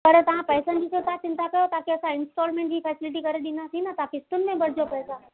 पर तव्हां पैसनि जी छो था चिंता कयो तव्हांखे असां इंस्टॉलमेंट जी फ़ेसिलिटी करे ॾींदासीं न तव्हां क़िस्तुनि में भरिजो पैसा